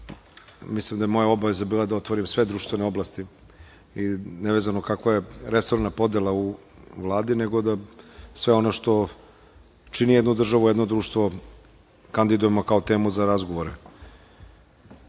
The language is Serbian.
da je moja obaveza bila da otvorim sve društvene oblasti i nevezano kakva je resorna podela u Vladi, nego da sve ono što čini jednu državu, jedno društvo, kandidujemo kao temu za razgovore. Naravno,